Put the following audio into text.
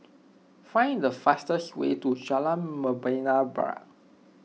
find the fastest way to Jalan Membina Barat